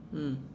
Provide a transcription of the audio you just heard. mm